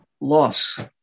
loss